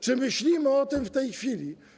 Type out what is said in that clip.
Czy myślimy o tym w tej chwili?